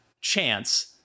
chance